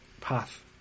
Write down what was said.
path